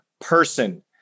person